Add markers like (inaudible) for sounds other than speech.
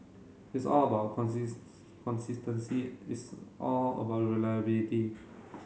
it's all about (unintelligible) consistency it's all about reliability